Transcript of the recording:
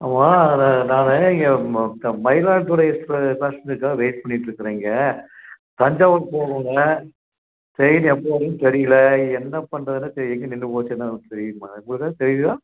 ஆமாம் நான் நான் இங்கே மயிலாடுதுறை எக்ஸ்ப பேஸஞ்சர்காக வெயிட் பண்ணிட்டுருக்குறேன் இங்கே தஞ்சாவூர் போகணுங்க ட்ரெயின் எப்போ வருன்னு தெரியல என்ன பண்ணுறதுன்னே தெரியல எங்கே நின்னு போச்சின்னு உங்களுக்கு தெரியுமா உங்களுக்கு எதாவது தெரியிதா